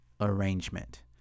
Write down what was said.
arrangement